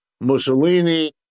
Mussolini